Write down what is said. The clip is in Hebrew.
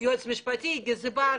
יועץ משפטי וגזבר.